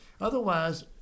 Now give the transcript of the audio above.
Otherwise